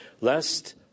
lest